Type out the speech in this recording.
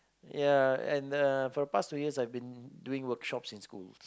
ya and uh for the past two years I've been doing workshops in schools